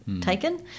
taken